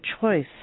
choice